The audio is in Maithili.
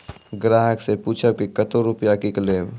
ग्राहक से पूछब की कतो रुपिया किकलेब?